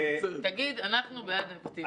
תגיד, אנחנו בעד נבטים.